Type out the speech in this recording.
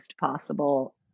possible